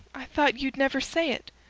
i thought you'd never say it,